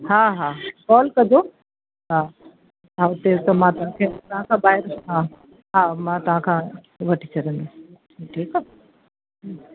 हा हा कॉल कजो हा हा हुते अच त मां तव्हांखे हितां खां ॿाहिरि हा हा मां तव्हांखां वठी छॾंदी ठीकु आहे